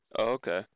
okay